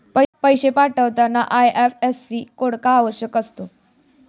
पैसे पाठवताना IFSC code का आवश्यक असतो?